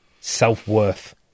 self-worth